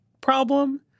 problem